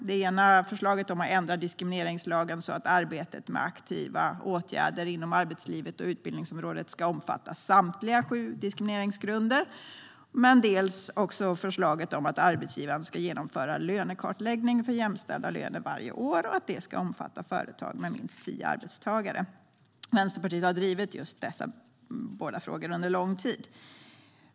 Det ena förslaget handlar om att ändra diskrimineringslagen så att arbetet med aktiva åtgärder inom arbetslivet och utbildningsområdet ska omfatta samtliga sju diskrimineringsgrunder. Det andra förslaget handlar om att arbetsgivaren varje år ska genomföra lönekartläggning för jämställda löner och att det ska omfatta företag med minst tio arbetstagare. Vänsterpartiet har drivit dessa båda frågor under lång tid.